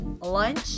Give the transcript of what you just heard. lunch